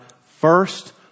first